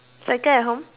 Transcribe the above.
my dad at home